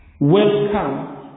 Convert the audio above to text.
Welcome